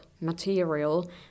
material